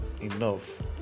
enough